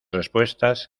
respuestas